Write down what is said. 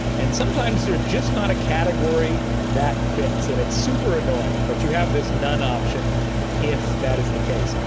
and sometimes there's just not a category that fits, and it's super annoying. but you have this none option if that is the case.